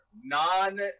Non